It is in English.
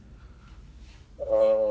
tak pakai pun kan